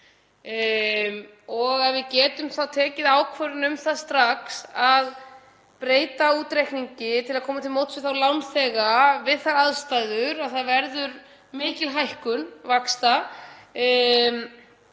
og að við getum þá tekið ákvörðun um það strax að breyta útreikningi til að koma til móts við þá lánþega við þær aðstæður að það verður mikil hækkun vaxta